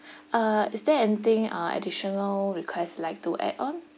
uh is there anything uh additional requests you like to add on